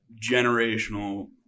generational